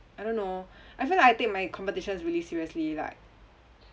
I don't know I feel like I take my competitions really seriously like